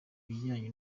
ibijyanye